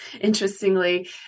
interestingly